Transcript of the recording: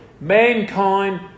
Mankind